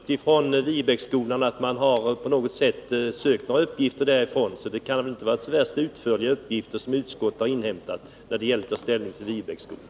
Herr talman! Jag har inte hört från Viebäcksskolan att man har sökt några uppgifter därifrån, så det kan väl inte vara så värst utförliga uppgifter som utskottet har inhämtat när det gällt att ta ställning till Viebäcksskolan.